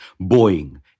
Boeing